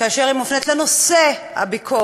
כאשר היא מופנית לנושא הביקורת.